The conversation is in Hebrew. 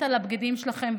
מת על הבגדים שלכם,